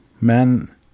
Men